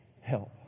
Help